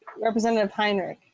representative climate.